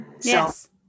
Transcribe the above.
Yes